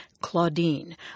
Claudine